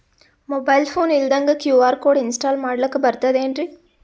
Mobile phone ಇಲ್ದಂಗ QR code install ಮಾಡ್ಲಕ ಬರ್ತದೇನ್ರಿ?